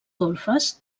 golfes